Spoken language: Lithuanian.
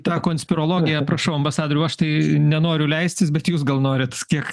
tą konspirologiją prašau ambasadoriau aš tai nenoriu leistis bet jūs gal norit kiek